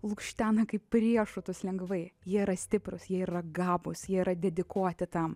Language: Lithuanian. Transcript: lukštena kaip riešutus lengvai jie yra stiprūs jie yra gabūs jie yra dedikuoti tam